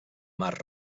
mar